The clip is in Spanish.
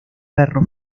perro